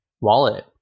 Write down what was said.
wallet